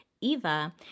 Eva